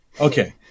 Okay